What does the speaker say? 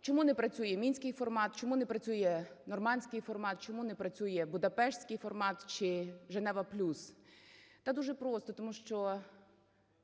Чому не працює "мінський формат", чому не працює "нормандський формат", чому не працює "будапештський формат" чи "Женева плюс"? Та дуже просто. Тому що,